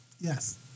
yes